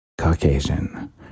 Caucasian